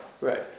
Right